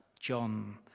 John